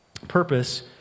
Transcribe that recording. purpose